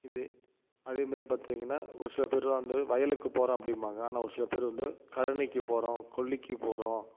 இது அதே மாதிரி பார்த்தீங்கன்னா ஒரு சில பேரெலாம் வந்து வயலுக்கு போகிறேன் அப்படிம்பாங்க ஆனால் ஒரு சில பேர் வந்து கழனிக்கு போகிறோம் கொள்ளிக்கு போகிறோம்